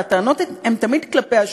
והטענות הן תמיד כלפי השליחים,